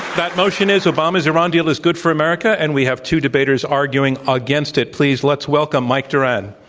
that motion is, obama's iran deal is good for america. and we have two debaters arguing against it. please, let s welcome mike doran.